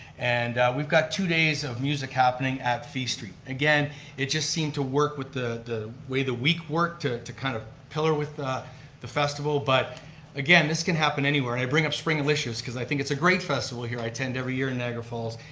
and we've got two days of music happening at fee street. again it just seemed to work with the the way the week worked to to kind of pillar with the the festival. but again this can happen anywhere. and i bring up springalicious, because i think it's a great festival here. i attend every year in niagara falls.